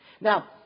Now